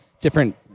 different